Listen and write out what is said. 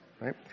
right